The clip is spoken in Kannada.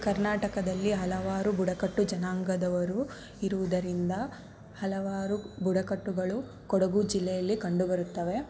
ಕರ್ನಾಟಕದಲ್ಲಿ ಹಲವಾರು ಬುಡಕಟ್ಟು ಜನಾಂಗದವರು ಇರುವುದರಿಂದ ಹಲವಾರು ಬುಡಕಟ್ಟುಗಳು ಕೊಡಗು ಜಿಲ್ಲೆಯಲ್ಲಿ ಕಂಡುಬರುತ್ತವೆ